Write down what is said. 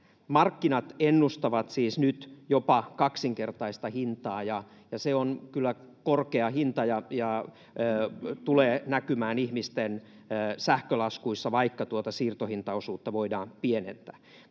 Markkinat ennustavat siis nyt jopa kaksinkertaista hintaa, ja se on kyllä korkea hinta ja tulee näkymään ihmisten sähkölaskuissa, vaikka tuota siirtohintaosuutta voidaan pienentää.